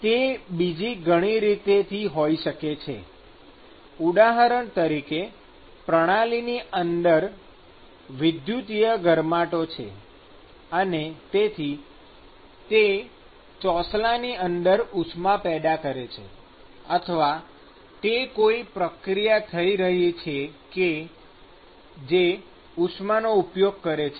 તે બીજી ઘણી રીતો થી હોય શકે છે ઉદાહરણ તરીકે પ્રણાલીની અંદર વિદ્યુતીય ગરમાટો છે અને તેથી તે ચોસલાની અંદર ઉષ્મા પેદા કરે છે અથવા તો કોઈ પ્રક્રિયા થઈ રહી છે કે જે ઉષ્માનો ઉપયોગ કરે છે